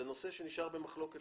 לתפיסתי זה נושא שנשאר במחלוקת.